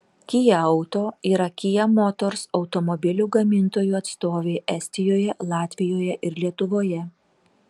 kia auto yra kia motors automobilių gamintojų atstovė estijoje latvijoje ir lietuvoje